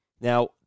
Now